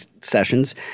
sessions